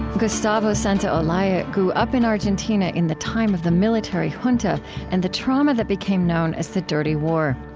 gustavo santaolalla grew up in argentina in the time of the military junta and the trauma that became known as the dirty war.